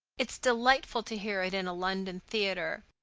it's delightful to hear it in a london theatre.